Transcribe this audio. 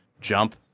jump